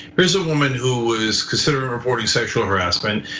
here's a woman who was considering reporting sexual harassment.